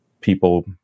people